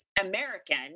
American